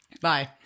Bye